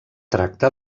tracta